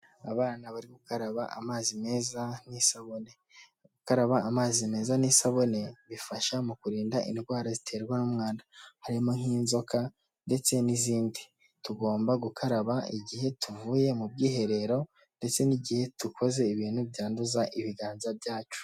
Abana bari gukaraba amazi meza n'isabune. Gukaraba amazi meza n'isabune bifasha mu kurinda indwara ziterwa n'umwanda, harimo nk'inzoka ndetse n'izindi, tugomba gukaraba igihe tuvuye mu bwiherero ndetse n'igihe dukoze ibintu byanduza ibiganza byacu.